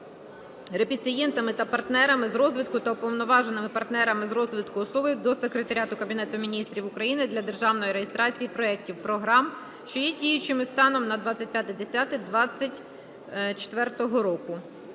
реципієнтами та партнерами з розвитку або уповноваженими партнерами з розвитку особами до Секретаріату Кабінету Міністрів України для державної реєстрації проектів (програм), що є діючими станом на 25.10.2024 року.